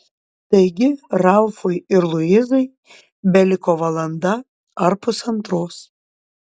taigi ralfui ir luizai beliko valanda ar pusantros